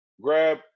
grab